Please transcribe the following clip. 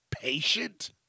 patient